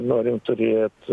norim turėt